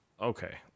Okay